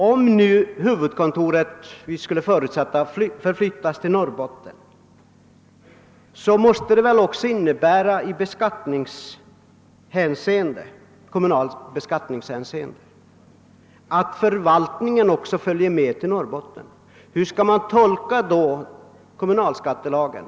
Om nu huvudkontoret förutsätts bli förflyttat till Norrbotten måste väl detta innebära att även förvaltningen följer med dit. Hur skall man annars tolka kommunalskattelagen?